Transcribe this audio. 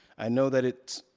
i know that it's,